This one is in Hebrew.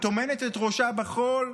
טומנת את ראשה בחול,